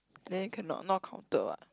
then cannot not counted what